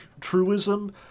truism